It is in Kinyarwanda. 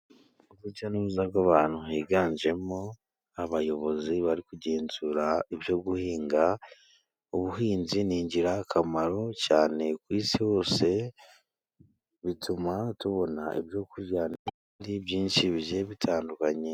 Urujya n 'uruza rw'abantu higanjemwo abayobozi, bari kugenzura ibyo guhinga. Ubuhinzi ni ingirakamaro cyane ku isi hose, bituma tubona ibyo kurya, n'ibindi byinshi bigiye bitandukanye.